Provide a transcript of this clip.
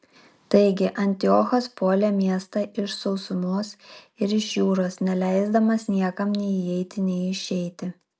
taigi antiochas puolė miestą iš sausumos ir iš jūros neleisdamas niekam nei įeiti nei išeiti